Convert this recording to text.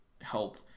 help